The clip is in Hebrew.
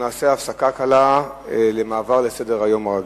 נעשה הפסקה קלה במעבר לסדר-היום הרגיל.